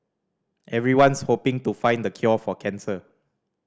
everyone's hoping to find the cure for cancer